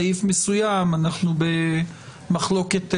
סעיף 2א2. התחלנו את הדיון בנושא של השקיפות,